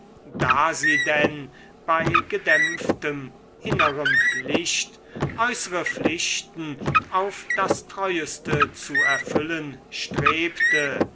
da sie denn bei gedämpftem innerem licht äußere pflichten auf das treuste zu erfüllen strebte